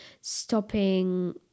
stopping